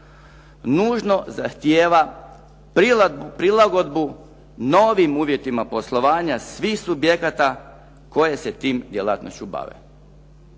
nužno zahtijeva prilagodbu novim uvjetima poslovanja svih subjekata koje se tom djelatnošću bave.